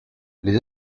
les